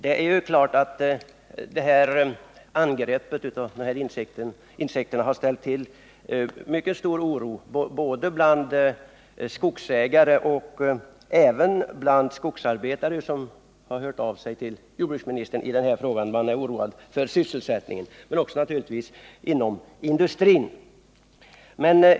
Det är ju klart att angrepp av de här insekterna ställt till mycket stor oro bland skogsägare och även bland skogsarbetare, som hört av sig till jordbruksministern — de är oroade för sysselsättningen.